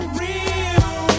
real